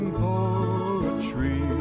poetry